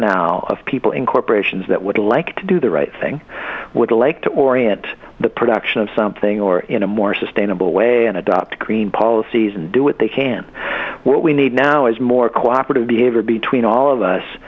now of people in corporations that would like to do the right thing would like to orient the production of something or in a more sustainable way and adopt green policies and do what they can what we need now is more cooperative behavior between all of us